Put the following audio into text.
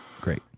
great